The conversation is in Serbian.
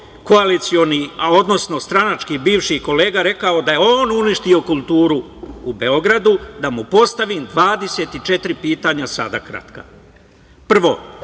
koalicioni, odnosno stranački bivši kolega rekao da je on uništio kulturu u Beogradu, da mu postavim 24 pitanja sada kratka. Prvo,